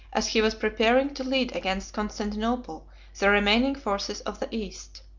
as he was preparing to lead against constantinople the remaining forces of the east.